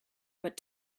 but